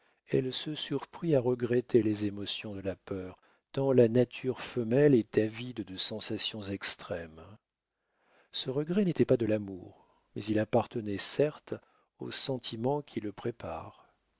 elle se surprit à regretter les émotions de la peur tant la nature femelle est avide de sensations extrêmes ce regret n'était pas de l'amour mais il appartenait certes aux sentiments qui le préparent